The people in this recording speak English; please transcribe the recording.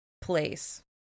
place